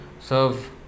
serve